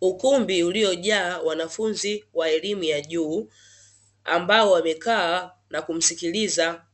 Ukumbi uliojaa wanafunzi wa elimu ya juu ambao wamekaa na kumsikiliza